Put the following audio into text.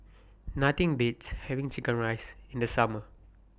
Nothing Beats having Chicken Rice in The Summer